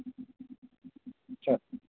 sir